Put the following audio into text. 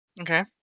Okay